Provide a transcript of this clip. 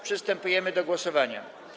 Przystępujemy do głosowania.